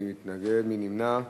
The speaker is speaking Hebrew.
מי נמנע?